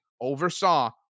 oversaw